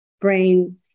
brain